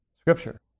Scripture